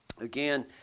again